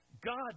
God